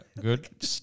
good